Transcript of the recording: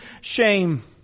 shame